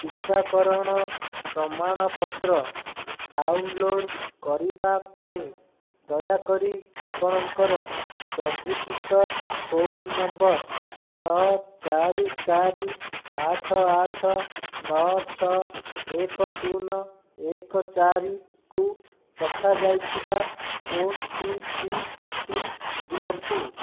ଟିକାକରଣ ପ୍ରମାଣପତ୍ର ଡାଉନ୍ଲୋଡ଼୍ କରିବା ପାଇଁ ଦୟାକରି ଆପଣଙ୍କର ପଞ୍ଜୀକୃତ ଫୋନ୍ ନମ୍ବର୍ ଛଅ ଚାରି ଚାରି ଆଠ ଆଠ ନଅ ଛଅ ଏକ ଶୂନ ଏକ ଚାରିକୁ ପଠାଯାଇଥିବା ଓଟିପିଟି ଦିଅନ୍ତୁ